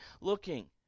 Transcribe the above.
looking